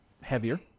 heavier